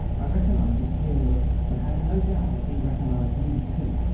i recognised his clear look, and had no doubt that he recognised me too,